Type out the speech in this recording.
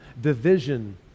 division